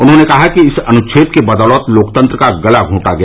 उन्होंने कहा कि इस अनुच्छेद की बदौलत लोकतंत्र का गला घोटा गया